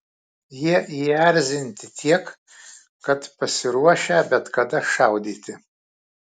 jie įerzinti tiek kad pasiruošę bet kada šaudyti